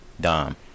dom